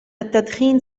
التدخين